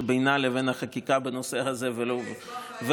שבינה לבין החקיקה בנושא הזה לא כלום,